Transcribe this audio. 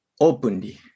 openly